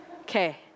okay